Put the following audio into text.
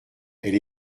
elle